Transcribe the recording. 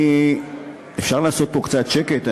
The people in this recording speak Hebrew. אני, אפשר לעשות פה קצת שקט?